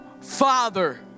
Father